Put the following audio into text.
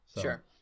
sure